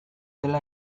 dela